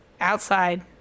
outside